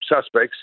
suspects